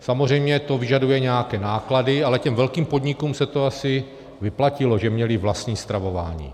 Samozřejmě to vyžaduje nějaké náklady, ale těm velkým podnikům se to asi vyplatilo, že měly vlastní stravování.